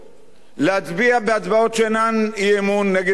להצביע בהצבעת שאינן אי-אמון נגד סיעתו.